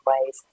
ways